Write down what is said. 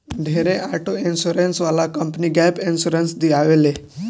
ढेरे auto insurance वाला company gap insurance दियावे ले